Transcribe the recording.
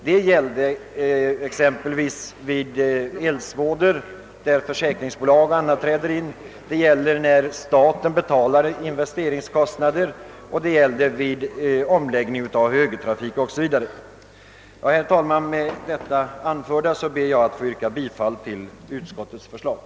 Detta gäller exempelvis nybyggnader till följd av eldsvådor, då försäkringsbolag och andra träder in, det gäller när staten betalar investeringskostnader och det gäller vid omläggningen till högertrafik osv. Herr talman! Med det anförda ber jag får yrka bifall till utskottets hemställan.